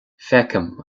feicim